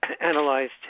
analyzed